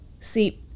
See